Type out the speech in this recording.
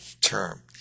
term